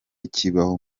kibaho